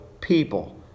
people